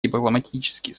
дипломатический